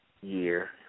year